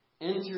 enter